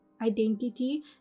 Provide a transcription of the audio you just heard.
identity